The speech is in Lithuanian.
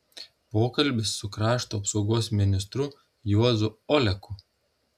pokalbis su krašto apsaugos ministru juozu oleku